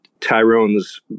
tyrone's